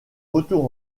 retour